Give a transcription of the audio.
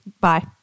Bye